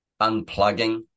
unplugging